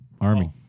Army